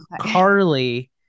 Carly